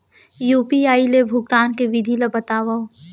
UPI ले भुगतान के विधि ला बतावव